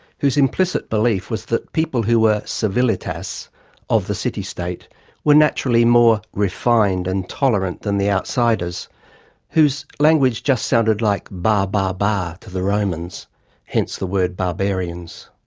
whose implicit belief was that people who were civilitas of the city-state were naturally more refined and tolerant than the outsiders whose language just sounded like bar-bar-bar to the romans hence the word barbarians.